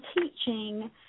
teaching